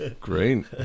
great